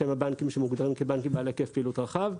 שהם הבנקים המוגדרים כבעלי היקף פעילות רחב.